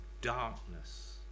darkness